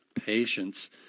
patience